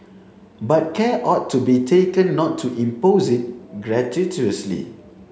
but care ought to be taken not to impose it gratuitously